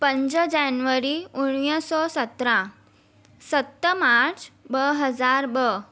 पंज जनवरी उणिवीह सौ सत्रां सत मार्च ॿ हज़ार ॿ